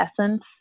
essence